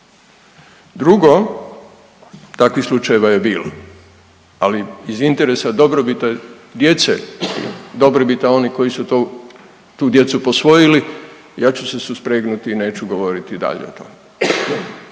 Drugo, takvih slučajeva je bilo, ali iz interesa dobrobiti djece i dobrobita onih koji su tu, tu djecu posvojili ja ću se suspregnuti i neću govoriti dalje o tome.